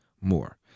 more